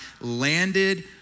landed